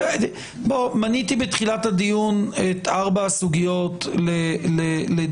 בוא, מניתי בתחילת הדיון את ארבע הסוגיות לדיון.